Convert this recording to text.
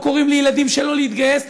לא קוראים לילדים שלא להתגייס.